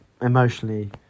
emotionally